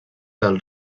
del